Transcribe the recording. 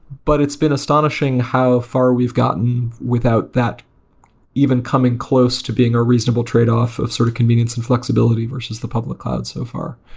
but it's been as tonishing how far we've gotten without that even coming close to being a reasonable tradeoff of sort of convenience and flexibility versus the public cloud so far.